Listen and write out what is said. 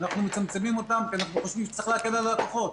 אנחנו מצמצמים אותם כי אנחנו חושבים שצריך להקל על הלקוחות.